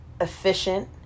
efficient